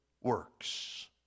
works